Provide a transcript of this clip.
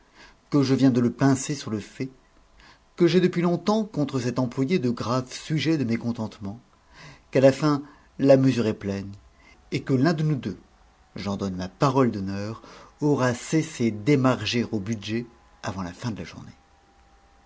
que je viens de le pincer sur le fait que j'ai depuis longtemps contre cet employé de graves sujets de mécontentements qu'à la fin la mesure est pleine et que l'un de nous deux j'en donne ma parole d'honneur aura cessé d'émarger au budget avant la fin de la journée